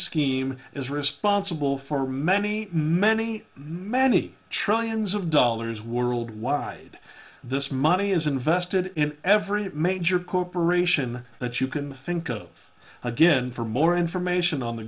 scheme is responsible for many many many trillions of dollars worldwide this money is invested in every major corporation that you can think of again for more information on the